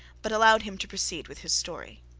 but allowed him to proceed with his story.